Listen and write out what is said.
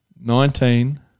Nineteen